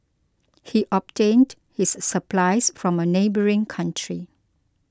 he obtained his supplies from a neighbouring country